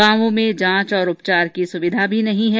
गांवों में जांच और उपचार की सुविधा भी नहीं है